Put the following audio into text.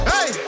Hey